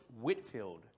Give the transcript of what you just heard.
Whitfield